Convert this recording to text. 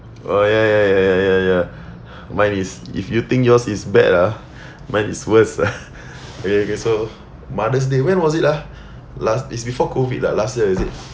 oh ya ya ya ya ya ya mine is if you think yours is bad ah mine is worst okay okay so mother's day when was it ah last it's before COVID ah last year is it